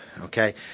Okay